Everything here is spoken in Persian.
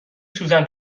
سوزن